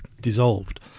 dissolved